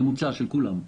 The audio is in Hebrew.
ממוצע של כולם.